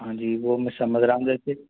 हाँ जी वो मैं समझ रहा हूँ लेकिन